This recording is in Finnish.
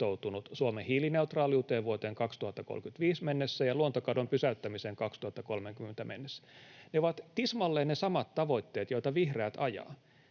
Suomen hiilineutraaliuteen vuoteen 2035 mennessä ja luontokadon pysäyttämisen 2030 mennessä, ja ne ovat tismalleen ne samat tavoitteet, joita vihreät ajavat.